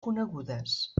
conegudes